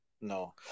No